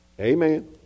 Amen